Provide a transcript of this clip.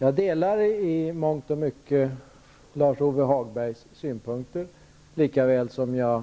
Jag delar i mångt och mycket Lars-Ove Hagbergs synpunkter, lika väl som jag